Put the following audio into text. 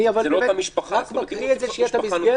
אני רק מקריא את זה, שתהיה את המסגרת.